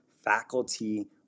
faculty